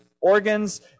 organs